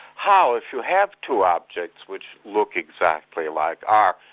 how, if you have two objects which look exactly alike, are,